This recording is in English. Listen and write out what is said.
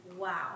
wow